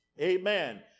Amen